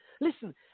listen